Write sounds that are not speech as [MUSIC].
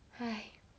[NOISE]